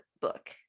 book